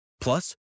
Plus